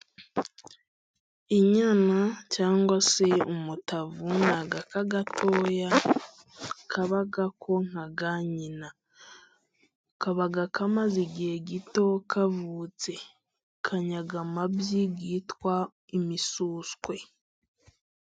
Inyana cyangwa se umutavu ni agaka gatoya kaba konka ka nyina, kaba kamaze igihe gito kavutse. Kannya amabyi yitwa imisuswe.